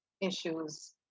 issues